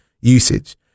usage